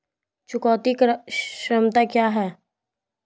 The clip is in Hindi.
चुकौती क्षमता क्या है?